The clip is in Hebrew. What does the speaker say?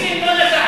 לקפריסין לא נסעתי.